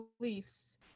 beliefs